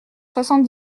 soixante